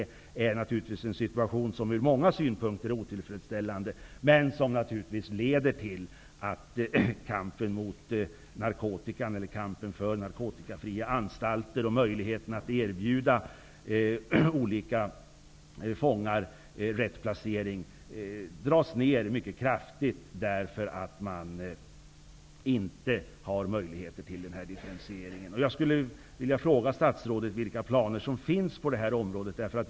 Det är naturligtvis en situation som från många synpunkter är otillfredsställande och som leder till att kampen för narkotikafria anstalter och möjligheten att erbjuda olika fångar lämplig placering försvåras mycket kraftigt. Därmed är det inte möjligt att göra någon differentiering. Jag vill fråga statsrådet: Vilka planer finns det på det här området?